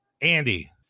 andy